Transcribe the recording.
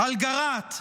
אלגרט,